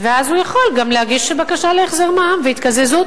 ואז הוא יכול גם להגיש בקשה להחזר מע"מ והתקזזות.